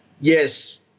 yes